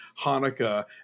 Hanukkah